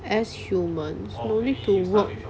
as human don't need to work